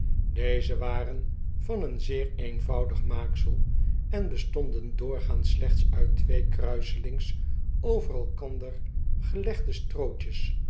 deze waren van een zeer eenvoudig maaksel en bestonden doorgaans slechts uit twee kruiselings over elkander gelegde strootjes